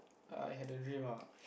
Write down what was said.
I had a dream ah